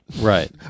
right